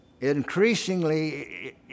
Increasingly